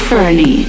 Fernie